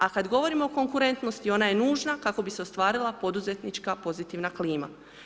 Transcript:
A kad govorimo o konkurentnosti ona je nužna kako bi se ostvarila poduzetnička pozitivna klima.